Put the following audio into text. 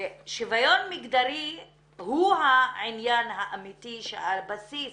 ושוויון מיגדרי הוא העניין האמיתית שעליו